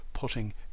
Putting